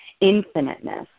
infiniteness